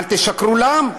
אל תשקרו לעם,